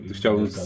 Chciałbym